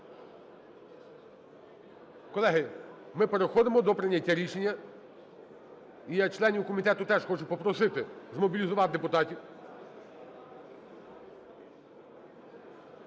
Колеги, ми переходимо до прийняття рішення. І я членів комітету теж хочу попросити змобілізувати депутатів.